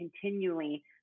continually